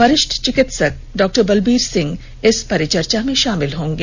वरिष्ठ चिकित्सक डॉ बलबीर सिंह इस परिचर्चा में शामिल होंगे